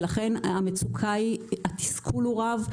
המצוקה והתסכול הם רבים.